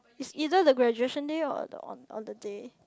is either the graduation day or on the day